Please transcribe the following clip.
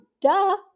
duh